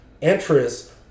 interest